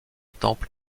temple